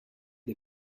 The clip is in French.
des